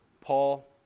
Paul